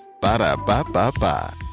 Ba-da-ba-ba-ba